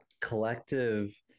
collective